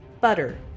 butter